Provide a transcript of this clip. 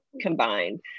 combined